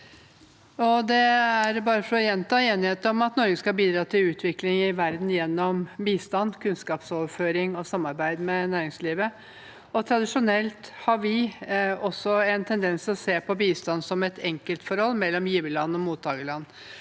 Det er, bare for å gjen- ta, enighet om at Norge skal bidra til utvikling i verden gjennom bistand, kunnskapsoverføring og samarbeid med næringslivet. Tradisjonelt har vi også en tendens til å se på bistand som et enkeltforhold mellom giverland og mottagerland.